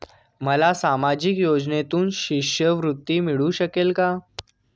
मला सामाजिक योजनेतून शिष्यवृत्ती मिळू शकेल का?